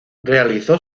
realizó